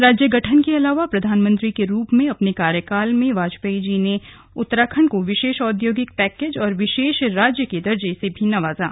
राज्य गठन के अलावा प्रधानमंत्री के रूप में अपने कार्यकाल में वाजपेयी जी ने उत्तराखंड को विशेष औद्योगिक पैकेज और विशेष राज्य के दर्जे से भी नवाजा